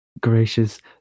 gracious